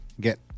get